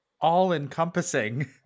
all-encompassing